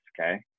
Okay